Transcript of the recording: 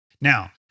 Now